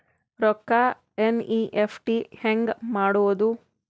ರೊಕ್ಕ ಎನ್.ಇ.ಎಫ್.ಟಿ ಹ್ಯಾಂಗ್ ಮಾಡುವುದು?